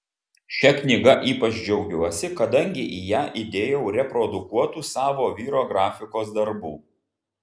šia knyga ypač džiaugiuosi kadangi į ją įdėjau reprodukuotų savo vyro grafikos darbų